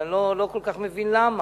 אבל אני לא כל כך מבין למה.